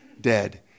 dead